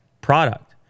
product